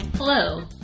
Hello